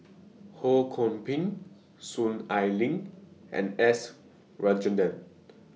Ho Kwon Ping Soon Ai Ling and S Rajendran